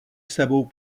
sebou